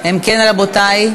אם כן, רבותי,